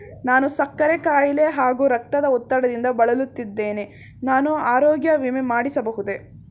ನಾನು ಸಕ್ಕರೆ ಖಾಯಿಲೆ ಹಾಗೂ ರಕ್ತದ ಒತ್ತಡದಿಂದ ಬಳಲುತ್ತಿದ್ದೇನೆ ನಾನು ಆರೋಗ್ಯ ವಿಮೆ ಮಾಡಿಸಬಹುದೇ?